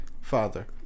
father